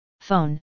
Phone